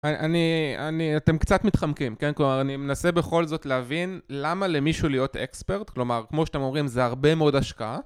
אתם קצת מתחמקים, כן, כלומר אני מנסה בכל זאת להבין למה למישהו להיות אקספרט, כלומר כמו שאתם אומרים זה הרבה מאוד השקעה